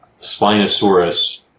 Spinosaurus –